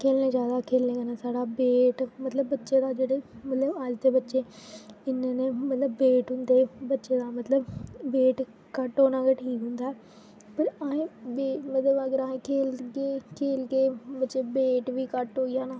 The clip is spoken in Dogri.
खेल्लना चाहि्दा खेल्लनें कन्नै साढ़ा वेट मतलब बच्चें दा जेहड़ा मतलब अज्ज दे बच्चे इ'न्ने मतलब वेट होंदे बच्चें दा मतलब वेट घट्ट होना गै ठीक होंदा ऐ पर अहें बे मतलब खेल्लगे खेल्लगे बच्चें दा वेट बी घट्ट होई जाना